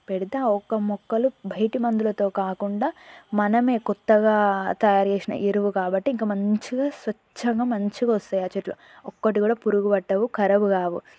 పెడితే ఆ ఒక్క మొక్కలు బయట మందులతో కాకుండా మనమే కొత్తగా తయారు చేసిన ఎరువు కాబట్టి ఇంక మంచిగా స్వచ్ఛంగా మంచిగొస్తాయి ఆ చెట్లు ఒక్కటి కూడా పురుగు పట్టవు ఖరాబు కావు